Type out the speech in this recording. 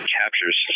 captures